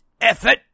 effort